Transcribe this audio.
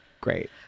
great